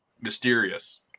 mysterious